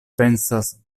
pensas